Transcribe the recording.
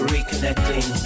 Reconnecting